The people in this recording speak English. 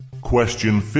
Question